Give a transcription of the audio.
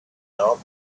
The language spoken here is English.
thought